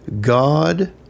God